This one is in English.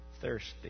thirsty